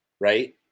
right